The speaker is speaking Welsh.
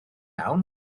iawn